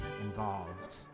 involved